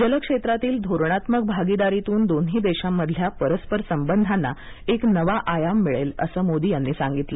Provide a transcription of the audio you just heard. जल क्षेत्रातील धोरणात्मक भागीदारीतून दोन्ही देशांमधल्या परस्परसंबंधांना एक नवा आयाम मिळेल असं मोदी यांनी सांगितलं